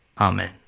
Amen